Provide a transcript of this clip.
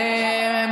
להעביר לוועדת חוקה.